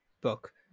book